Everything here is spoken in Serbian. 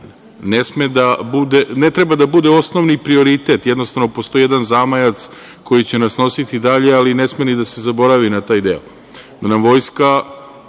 ne treba da bude osnovni prioritet, postoji jedan zamajac koji će nas nositi dalje i ne sme i da se zaboravi na taj deo,